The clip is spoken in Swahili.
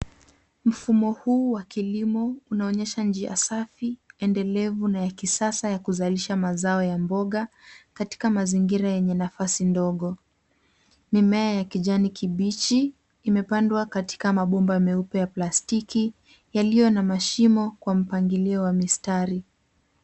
Mfumo huu wa kilimo unaonyesha njia safi endelevu na ya kisasa ya kuzalisha mazao ya mboga katika mazingira yenye nafasi ndogo mimea ya kijani kibichi imepandwa katika mabomba meupe ya plastiki yalio na mashimo kwa mpangilio wa mstari.